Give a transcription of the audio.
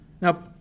Now